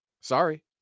Sorry